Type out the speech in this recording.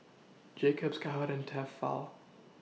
Jacob's Cowhead and Tefal